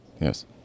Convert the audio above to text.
Yes